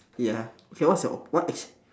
ya okay what's your what is